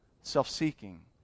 self-seeking